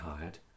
hired